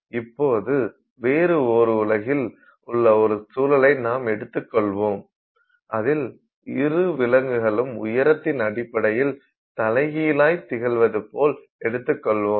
இப்போது வேறு ஒரு உலகில் உள்ள சூழலை நாம் எடுத்துக்கொள்வோம் அதில் இரு விலங்குகளும் உயரத்தின் அடிப்படையில் தலைகீழாய் திகழ்வது போல் எடுத்துக்கொள்வோம்